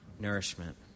nourishment